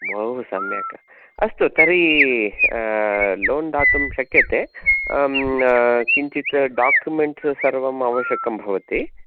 बहु सम्यक् अस्तु तर्हि लोन् दातुं शक्यते किञ्चित् डाकुमेन्ट् सर्वम् आवश्यकं भवति